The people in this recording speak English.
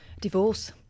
Divorce